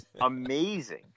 amazing